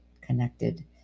connected